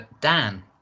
Dan